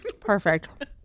perfect